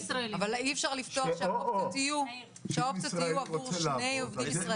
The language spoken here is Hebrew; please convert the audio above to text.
אבל אי אפשר לפתוח את האופציות עבור שני עובדים ישראלים?